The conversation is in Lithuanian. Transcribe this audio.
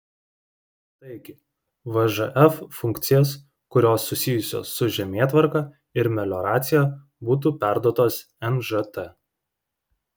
taigi vžf funkcijas kurios susijusios su žemėtvarka ir melioracija būtų perduotos nžt